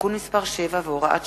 (תיקון מס' 7 והוראת שעה)